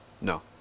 No